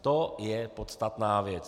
To je podstatná věc.